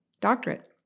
doctorate